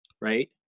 right